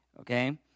Okay